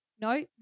No